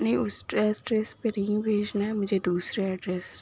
نہیں اس dress address پہ نہیں بھیجنا ہے مجھے دوسرے ایڈریس